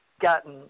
gotten